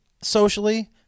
socially